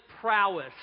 prowess